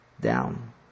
down